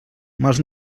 mals